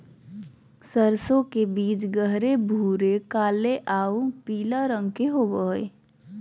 सरसों के बीज गहरे भूरे काले आऊ पीला रंग के होबो हइ